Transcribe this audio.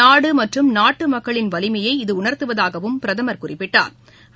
நாடுமற்றும் நாட்டுமக்களின் வலிமையை இது உணா்த்துவதாகவும் பிரதமா் குறிப்பிட்டாா்